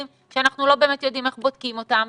שאנחנו לא באמת יודעים איך בודקים אותם,